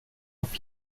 auf